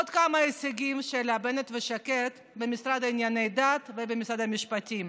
עוד כמה הישגים של בנט ושקד במשרד לענייני דת ובמשרד המשפטים